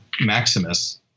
Maximus